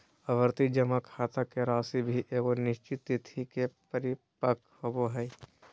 आवर्ती जमा खाता के राशि भी एगो निश्चित तिथि के परिपक्व होबो हइ